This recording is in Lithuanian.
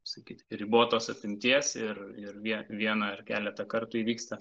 sakyt ribotos apimties ir ir vien vieną ar keletą kartų įvyksta